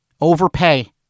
Overpay